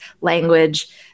language